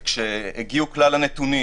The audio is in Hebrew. כשהגיעו כלל הנתונים